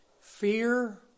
Fear